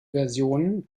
versionen